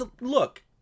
look